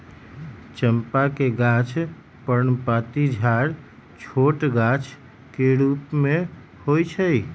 चंपा के गाछ पर्णपाती झाड़ छोट गाछ के रूप में होइ छइ